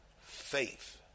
faith